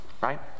Right